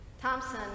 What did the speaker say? Thompson